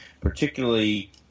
particularly